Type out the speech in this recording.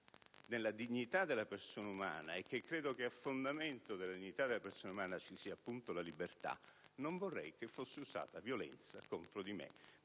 nella dignità della persona umana e che credo che a fondamento di essa ci sia appunto la libertà, non vorrei che fosse usata violenza contro di me.